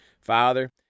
Father